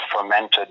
fermented